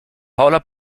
paula